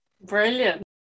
Brilliant